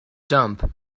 dumb